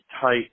tight